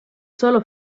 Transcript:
solo